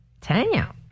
Tanya